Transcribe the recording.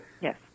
Yes